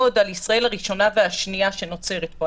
על ישראל הראשונה והשנייה שנוצרת פה.